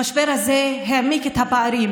המשבר הזה העמיק את הפערים.